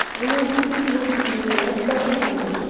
लोक उस किले गी दिक्खने गल्लै बाह्रा औंदे